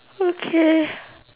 okay